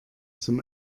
zum